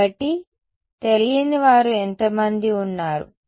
కాబట్టి తెలియని వారు ఎంత మంది ఉన్నారు